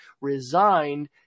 resigned